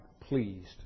pleased